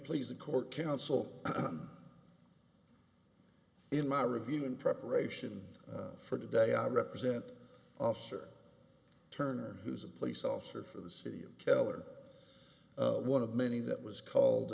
please the court counsel in my review in preparation for today i represent officer turner who's a police officer for the city of teller one of many that was called